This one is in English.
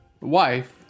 wife